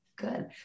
Good